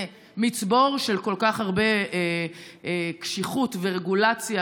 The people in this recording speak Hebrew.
זה מצבור של כל כך הרבה קשיחות ורגולציה,